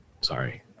Sorry